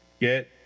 get